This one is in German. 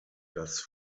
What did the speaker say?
das